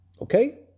Okay